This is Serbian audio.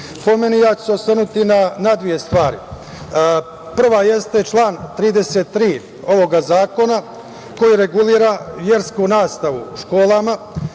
suštinski. Ja ću se osvrnuti na dve stvari. Prva jeste član 33. ovog zakona koji reguliše versku nastavu u školama.